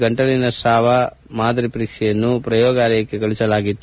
ಗಂಟಲಿನ ಸ್ತಾವದ ಮಾದರಿ ಪರೀಕ್ಷೆಯನ್ನು ಪ್ರಯೋಗಾಲಯಕ್ಕೆ ಕಳುಹಿಸಲಾಗಿತ್ತು